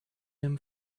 him